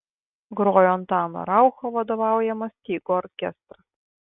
grojo antano raucho vadovaujamas stygų orkestras